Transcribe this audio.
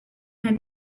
her